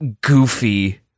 goofy